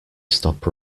stop